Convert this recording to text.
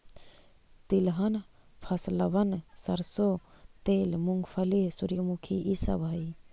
तिलहन फसलबन सरसों तेल, मूंगफली, सूर्यमुखी ई सब हई